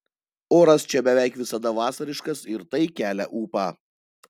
oras čia beveik visada vasariškas ir tai kelia ūpą